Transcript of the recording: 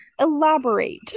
Elaborate